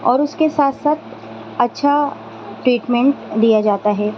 اور اس کے ساتھ ساتھ اچھا ٹریٹمنٹ دیا جاتا ہے